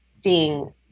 seeing